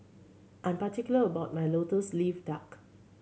I'm particular about my Lotus Leaf Duck